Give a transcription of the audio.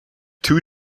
two